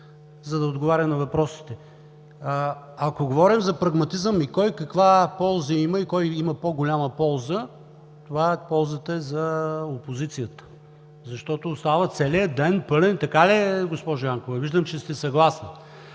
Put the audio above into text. да отговаря на въпросите. Ако говорим за прагматизъм, кой каква полза има и кой има по-голяма полза, това е ползата за опозицията, защото остава целият ден, пълен. Така ли е, госпожо Янкова? Виждам, че сте съгласна.